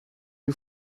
you